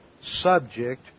subject